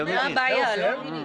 אני לא מבין.